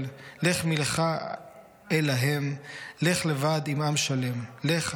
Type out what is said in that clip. / לך מלךָ אל להם / לך לבד עם עם שלם / לך,